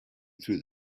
through